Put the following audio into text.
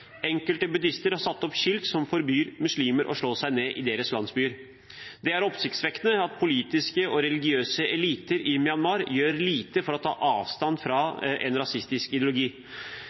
Enkelte buddhister har satt opp skilt som forbyr muslimer å slå seg ned i deres landsbyer. Det er oppsiktsvekkende at politiske og religiøse eliter i Myanmar gjør lite for å ta avstand fra en rasistisk ideologi.